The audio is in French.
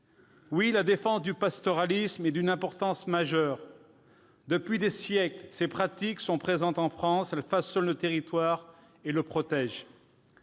Oui, la défense du pastoralisme est d'une importance majeure ! Depuis des siècles, ces pratiques sont présentes en France ; elles façonnent le territoire et le protègent.